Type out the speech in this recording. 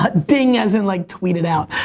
but ding as in, like tweet it out.